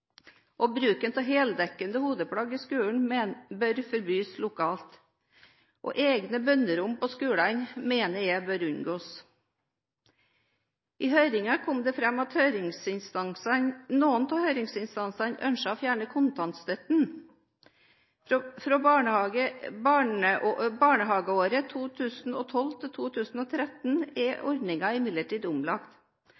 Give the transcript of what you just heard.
likestilling. Bruken av heldekkende hodeplagg i skolen bør forbys lokalt, og egne bønnerom på skolene mener jeg bør unngås. I høringen kom det fram at noen av høringsinstansene ønsket å fjerne kontantstøtten. Fra barnehageåret 2012–2013 er